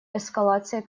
эскалацией